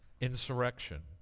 insurrection